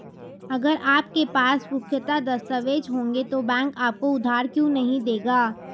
अगर आपके पास पुख्ता दस्तावेज़ होंगे तो बैंक आपको उधार क्यों नहीं देगा?